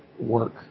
work